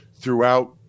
throughout